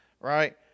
right